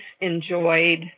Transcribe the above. enjoyed